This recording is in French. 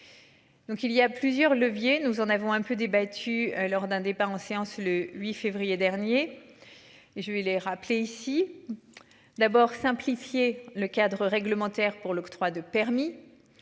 il y a plusieurs leviers, nous en avons un peu débattu lors d'un débat en séance le 8 février dernier. Et je vais les rappeler ici. D'abord simplifier le cadre réglementaire pour l'octroi de permis.